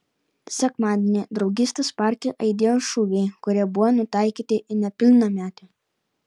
sekmadienį draugystės parke aidėjo šūviai kurie buvo nutaikyti į nepilnametę